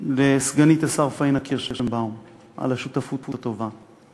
לסגנית השר פאינה קירשנבאום על השותפות הטובה.